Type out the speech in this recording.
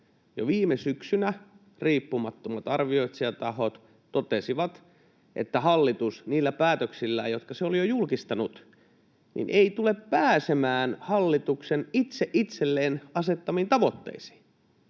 Jo viime syksynä riippumattomat arvioitsijatahot totesivat, että hallitus niillä päätöksillään, jotka se oli jo julkistanut, ei tule pääsemään hallituksen itse itselleen asettamiin tavoitteisiin.